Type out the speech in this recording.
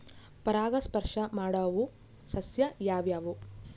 ಪರಾಗಸ್ಪರ್ಶ ಮಾಡಾವು ಸಸ್ಯ ಯಾವ್ಯಾವು?